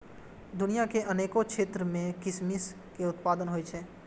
दुनिया के अनेक क्षेत्र मे किशमिश के उत्पादन होइ छै